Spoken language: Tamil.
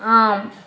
ஆம்